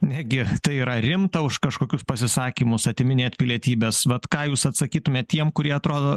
negi tai yra rimta už kažkokius pasisakymus atiminėt pilietybes vat ką jūs atsakytumėt tiem kurie atrodo